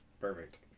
perfect